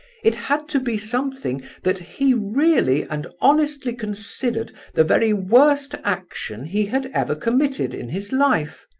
it had to be something that he really and honestly considered the very worst action he had ever committed in his life.